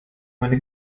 meine